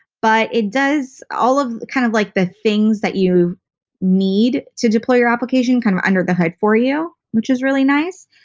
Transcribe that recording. but it does all of kind of like the things that you need to deploy your application kind of under the hood for you, which is really nice.